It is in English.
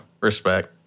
Respect